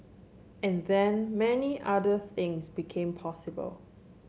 and then many other things become possible